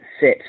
sit